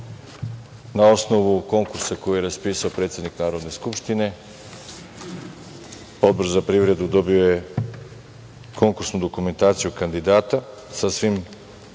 osnovu konkursa koji je raspisao predsednik Narodne skupštine, Odbor za privredu dobio je konkursnu dokumentaciju kandidata, sa svim kandidatima